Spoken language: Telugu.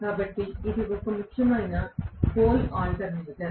కాబట్టి ఇది ఒక ముఖ్యమైన పోల్ ఆల్టర్నేటర్